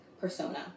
persona